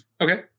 Okay